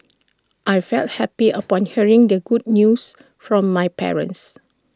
I felt happy upon hearing the good news from my parents